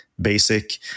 basic